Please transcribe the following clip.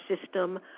system